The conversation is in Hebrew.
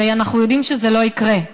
הרי אנחנו יודעים שזה לא יקרה.